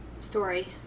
Story